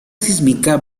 sísmica